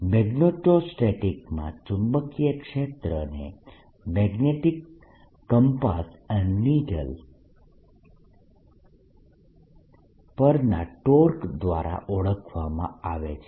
મેગ્નેટોસ્ટેટિક્સમાં ચુંબકીય ક્ષેત્રને magnetic compass needle પરના ટોર્ક દ્વારા ઓળખવામાં આવે છે